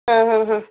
ಹ್ಞೂ ಹ್ಞೂ ಹ್ಞೂ